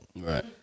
right